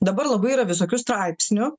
dabar labai yra visokių straipsnių